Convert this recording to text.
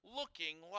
looking